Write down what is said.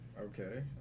Okay